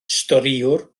storïwr